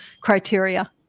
criteria